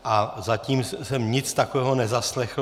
A zatím jsem nic takového nezaslechl.